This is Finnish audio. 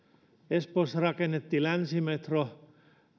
espoossa rakennettiin länsimetro